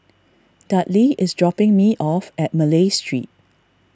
Dudley is dropping me off at Malay Street